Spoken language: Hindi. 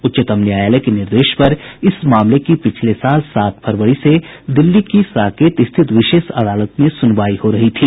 उच्चतम न्यायालय के निर्देश पर इस मामले की पिछले साल सात फरवरी से दिल्ली की साकेत स्थित विशेष अदालत में सुनवाई हो रही थी